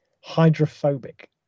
hydrophobic